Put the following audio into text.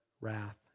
wrath